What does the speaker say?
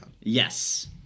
Yes